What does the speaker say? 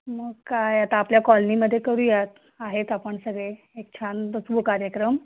मग काय आता आपल्या कॉलनीमध्ये करूया आहेत आपण सगळे एक छान बसवू कार्यक्रम